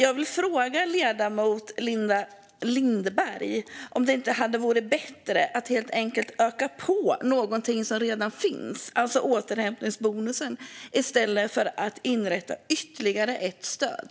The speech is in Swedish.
Jag vill fråga ledamoten Linda Lindberg om det inte hade varit bättre att helt enkelt öka på någonting som redan finns, alltså återhämtningsbonusen, i stället för att inrätta ytterligare ett stöd.